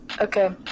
Okay